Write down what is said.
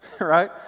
right